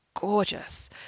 gorgeous